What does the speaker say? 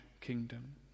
kingdom